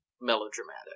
melodramatic